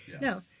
No